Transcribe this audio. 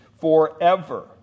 forever